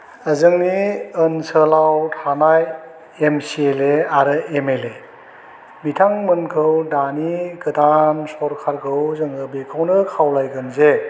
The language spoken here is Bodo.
जोंनि ओनसोलाव थानाय एम सि एल ए आरो एम एल ए बिथांमोनखौ दानि गोदान सरखारखौ जोङो बेखौनो खावलायगोन जे